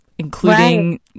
including